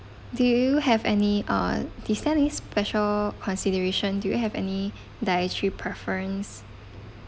do you have any err is there any special consideration do you have any dietary preference